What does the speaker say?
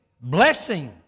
Blessing